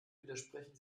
widersprechen